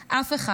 "אף אחד,